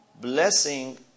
blessing